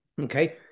okay